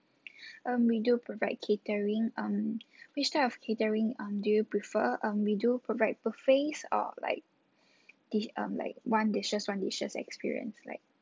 um we do provide catering um which type of catering um do you prefer um we do provide buffets of like dish~ um like one dishes one dishes experience like